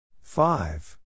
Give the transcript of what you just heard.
Five